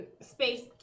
space